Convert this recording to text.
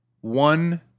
one